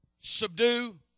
subdue